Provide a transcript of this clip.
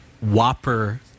Whopper